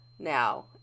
now